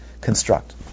construct